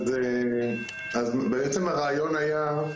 אז בעצם הרעיון היה,